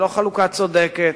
חלוקה לא צודקת,